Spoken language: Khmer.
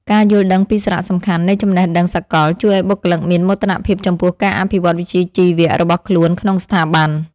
ការយល់ដឹងពីសារៈសំខាន់នៃចំណេះដឹងសកល ជួយឱ្យបុគ្គលិកមានមោទនភាពចំពោះការអភិវឌ្ឍវិជ្ជាជីវៈរបស់ខ្លួនក្នុងស្ថាប័ន។